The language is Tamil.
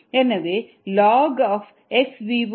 எனவே லாஃக் xvo xv ஆனது 2